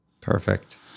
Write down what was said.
Perfect